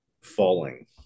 falling